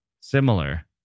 similar